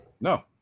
No